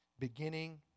Beginning